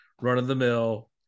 run-of-the-mill